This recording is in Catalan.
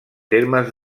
termes